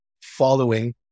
following